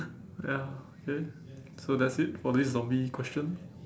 ya okay so that's it for this zombie question